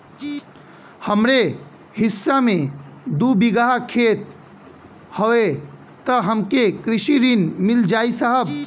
हमरे हिस्सा मे दू बिगहा खेत हउए त हमके कृषि ऋण मिल जाई साहब?